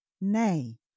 Nay